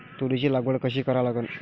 तुरीची लागवड कशी करा लागन?